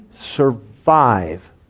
survive